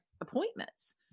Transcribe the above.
appointments